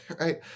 right